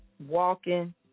walking